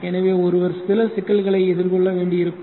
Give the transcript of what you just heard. எனவே ஒருவர் சில சிக்கல்கள் எதிர்கொள்ள வேண்டி இருக்கும்